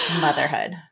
motherhood